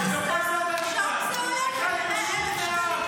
בקזחסטן, שם זה עולה כנראה 1,000 שקלים.